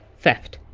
theft.